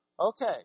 Okay